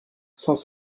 sans